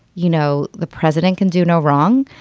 you know, the president can do no wrong.